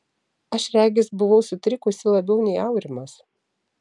aš regis buvau sutrikusi labiau nei aurimas